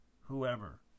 whoever